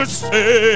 say